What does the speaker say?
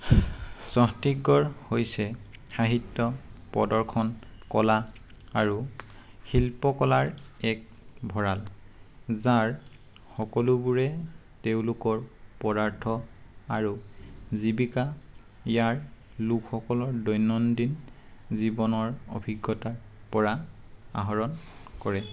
ছত্তীশগড় হৈছে সাহিত্য প্ৰদৰ্শন কলা আৰু শিল্পকলাৰ এক ভঁৰাল যাৰ সকলোবোৰে তেওঁলোকৰ পদাৰ্থ আৰু জীৱিকা ইয়াৰ লোকসকলৰ দৈনন্দিন জীৱনৰ অভিজ্ঞতাৰ পৰা আহৰণ কৰে